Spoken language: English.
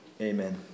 Amen